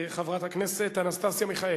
חברת הכנסת אנסטסיה מיכאלי.